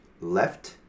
left